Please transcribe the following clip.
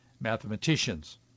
mathematicians